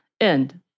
End